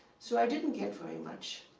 so i didn't get very much.